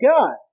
God